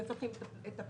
גם אלה שלא